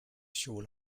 shore